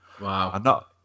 Wow